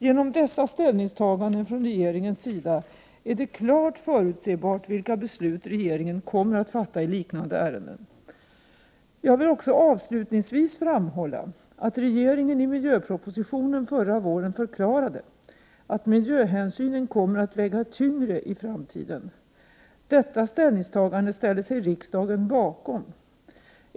Genom dessa ställningstaganden från regeringens sida är det klart förutsägbart vilka beslut regeringen kommer att fatta i liknande ärenden. Jag vill också avslutningsvis framhålla att regeringen i miljöpropositionen förra våren förklarade att miljöhänsynen kommer att väga tyngre i framtiden. Detta ställningstagande ställde sig riksdagen bakom.